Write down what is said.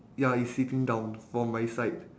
ya it's sitting down from my side